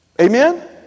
Amen